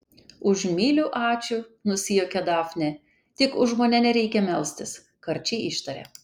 už myliu ačiū nusijuokė dafnė tik už mane nereikia melstis karčiai ištarė